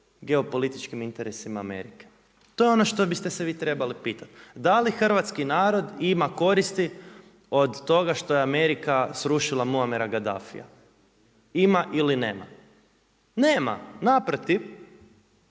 geopolitičkim interesima Amerike. To je ono što biste se vi trebali pitati. Da li hrvatski narod ima koristi od toga što je Amerika srušila Muammara Gaddafia, ima ili nema? Nema, naprotiv